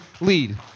lead